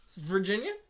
virginia